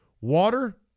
Water